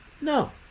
No